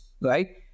right